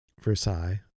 Versailles